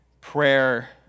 prayer